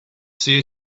see